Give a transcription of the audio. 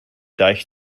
deich